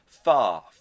far